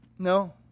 No